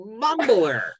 Mumbler